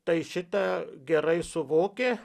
tai šitą gerai suvokė